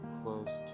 close